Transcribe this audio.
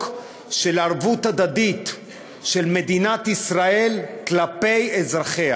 של ערבות הדדית של מדינת ישראל כלפי אזרחיה.